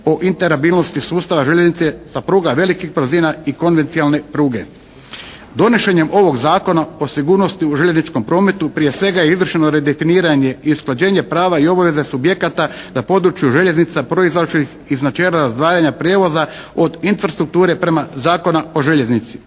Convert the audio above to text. o interabilnosti sustava željeznice sa pruga velikih brzina i konvencijalne pruge. Donošenjem ovog Zakona o sigurnosti u željezničkom prometu prije svega je izvršeno redefiniranje i usklađenje prava i obaveza subjekata na području željeznica proizašlih iz načela razdvajanja prijevoza od infrastrukture prema Zakona o željeznici.